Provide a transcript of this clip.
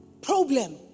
problem